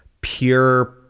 pure